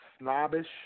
snobbish